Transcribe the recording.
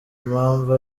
impamvu